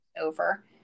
over